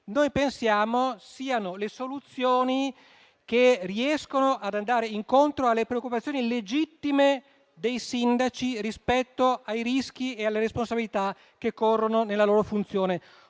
noi pensiamo siano le soluzioni che riescono ad andare incontro alle preoccupazioni legittime dei sindaci rispetto ai rischi e alle responsabilità che corrono nella loro funzione.